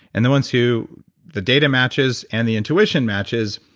and the ones who the data matches and the intuition matches,